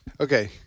okay